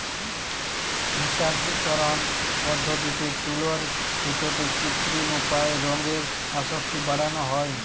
মের্সারিকরন পদ্ধতিতে তুলোর সুতোতে কৃত্রিম উপায়ে রঙের আসক্তি বাড়ানা হয়